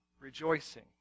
rejoicing